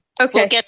Okay